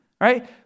right